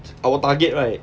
our target right